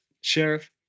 Sheriff